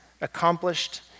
Accomplished